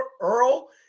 Earl